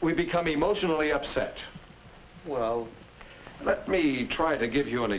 we become emotionally upset well let me try to give you an